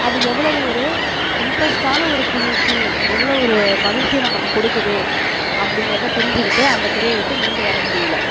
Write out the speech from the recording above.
அது எவ்வளவு ஒரு இன்ட்ராஸ்ட்டான ஒரு திங்க்கிங் எவ்வளோ ஒரு மகிழ்ச்சியை நமக்கு கொடுக்குது அப்படிங்கிறத புரிஞ்சுக்கிட்டு அந்த துறையை விட்டு மீண்டு வர முடியலை